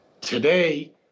Today